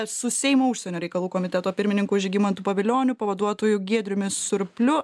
su seimo užsienio reikalų komiteto pirmininku žygimantu pavilioniu pavaduotoju giedriumi surpliu